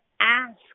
ask